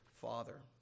father